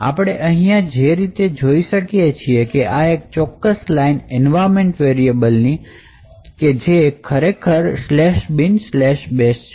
આપણે અહીંયા જે રીતે જોઈ શકીએ છીએ કે આ એક ચોક્કસ લાઇન environment variable ની એ ખરેખર માં binbash છે